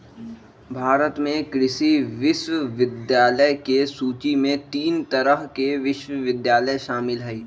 भारत में कृषि विश्वविद्यालय के सूची में तीन तरह के विश्वविद्यालय शामिल हई